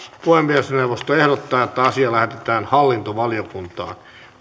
puhemiesneuvosto ehdottaa että asia lähetetään hallintovaliokuntaan